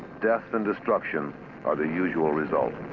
death and destruction are the usual result.